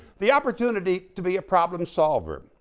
the opportunity to be a problem solver,